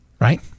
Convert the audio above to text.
right